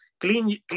Clean